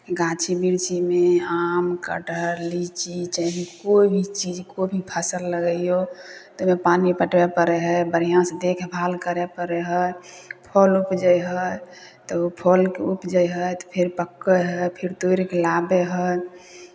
गाछी बिरछीमे आम कटहर लीची चाहे कोइ भी चीज कोइ भी फसल लगैयौ ताहिमे पानि पटबय पड़ै हइ बढ़िआँसँ देखभाल करय पड़ै हइ फल उपजै हइ तऽ फल उपजै हइ तऽ फेर पकैत हइ फेर तोड़ि कऽ लाबै हइ